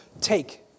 take